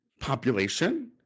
population